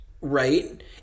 right